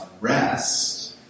rest